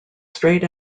straight